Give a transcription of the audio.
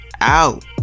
out